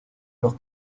los